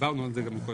דיברנו על זה גם קודם.